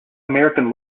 american